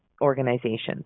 organizations